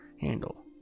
handle